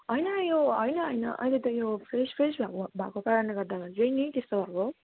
होइन यो होइन होइन अहिले त यो फ्रेस फ्रेस भएको भएको कारणले गर्दाखेरि चाहिँ नि त्यस्तो भएको